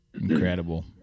Incredible